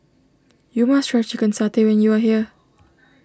you must try Chicken Satay when you are here